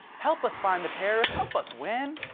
help us find the terrorists. help us win.